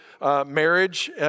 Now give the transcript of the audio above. marriage